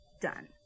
done